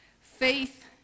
Faith